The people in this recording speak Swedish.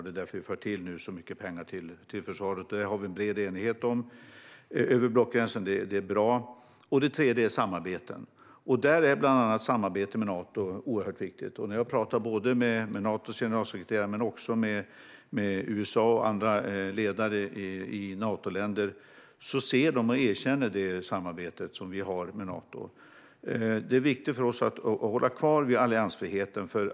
Det är därför vi tillför så mycket pengar till försvaret, och det finns det en bred enighet över blockgränserna om. Det är bra. Det tredje är: Samarbetet med Nato är oerhört viktigt. Jag har pratat med Natos generalsekreterare, USA och andra ledare i Natoländer och de ser och erkänner det samarbete som vi har med Nato. Det är viktigt för oss att hålla fast vid alliansfriheten.